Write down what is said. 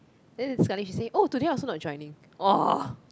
then sekali she say oh today I also not joining